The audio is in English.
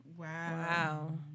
Wow